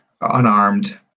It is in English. unarmed